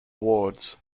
wards